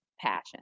passion